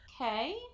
Okay